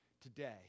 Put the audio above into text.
today